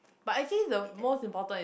but I say the most important is